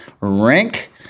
rink